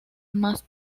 más